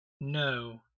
No